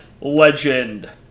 Legend